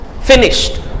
finished